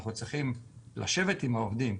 אנחנו צריכים לשבת עם העובדים.